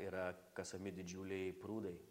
yra kasami didžiuliai prūdai